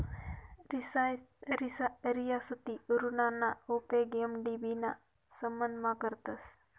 रियासती ऋणना उपेग एम.डी.बी ना संबंधमा करतस